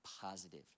positive